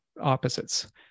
opposites